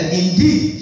indeed